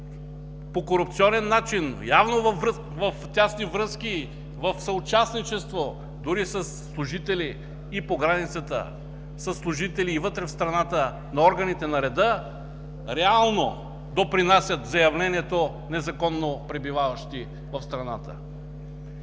по корупционен начин, явно в тесни връзки в съучастничество дори със служители по границата, със служители и вътре в страната на органите на реда, реално допринасят за явлението „незаконно пребиваващи в страната“,